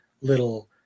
little